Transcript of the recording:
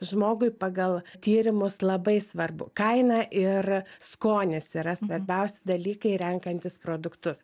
žmogui pagal tyrimus labai svarbu kaina ir skonis yra svarbiausi dalykai renkantis produktus